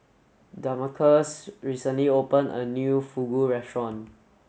Damarcus recently open a new Fugu restaurant